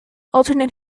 alternate